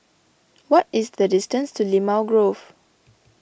what is the distance to Limau Grove